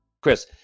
Chris